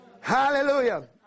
Hallelujah